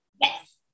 Yes